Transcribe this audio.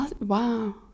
Wow